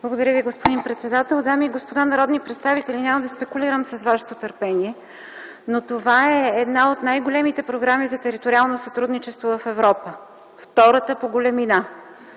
Благодаря Ви, господин председател. Дами и господа народни представители! Няма да спекулирам с вашето търпение, но това е една от най-големите програми за териториално сътрудничество в Европа – втората по големина.